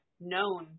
known